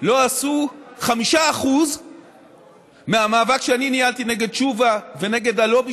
לא עשו 5% מהמאבק שאני ניהלתי נגד תשובה ונגד הלובי